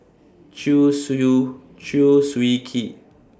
Chew Chew Swee Kee